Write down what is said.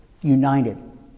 united